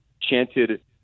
chanted